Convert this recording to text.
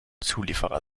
zulieferer